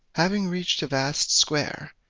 having reached a vast square,